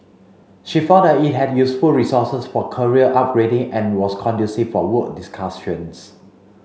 she found that it had useful resources for career upgrading and was conducive for work discussions